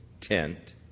tent